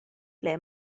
ble